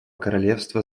королевства